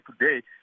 today